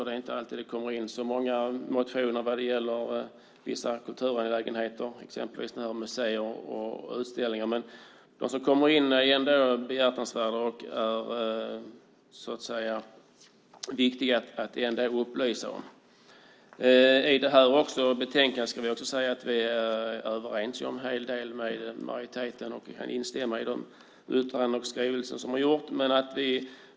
Det är inte alltid det kommer in så många motioner om vissa kulturangelägenheter som museer och utställningar. De som kommer är behjärtansvärda och viktiga att upplysa om. Vi är överens med majoriteten om en hel del och kan instämma i de yttranden och skrivelser som har gjorts.